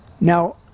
Now